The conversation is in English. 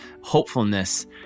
hopefulness